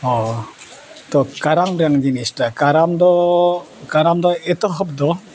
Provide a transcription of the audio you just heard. ᱚᱻ ᱛᱚ ᱠᱟᱨᱟᱢ ᱨᱮᱱ ᱡᱤᱱᱤᱥᱴᱟ ᱠᱟᱨᱟᱢ ᱫᱚ ᱠᱟᱨᱟᱢ ᱫᱚ ᱮᱛᱚᱦᱚᱵ ᱫᱚ